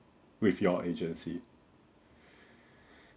with your agency